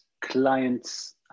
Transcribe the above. clients